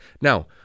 now